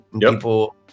People